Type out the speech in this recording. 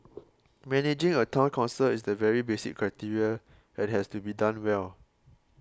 managing a Town Council is the very basic criteria and has to be done well